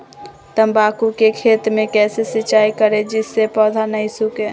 तम्बाकू के खेत मे कैसे सिंचाई करें जिस से पौधा नहीं सूखे?